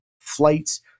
flights